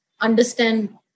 understand